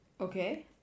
Okay